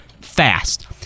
fast